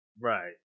Right